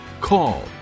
call